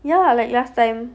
ya lah like last time